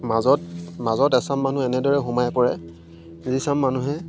মাজত মাজত এচাম মানুহ এনেদৰে সোমাই পৰে যিচাম মানুহে